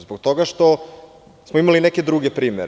Zbog toga što smo imali neke druge primere.